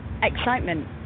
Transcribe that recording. excitement